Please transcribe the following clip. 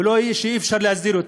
ולא שאי-אפשר להסדיר אותם.